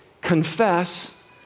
confess